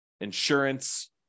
insurance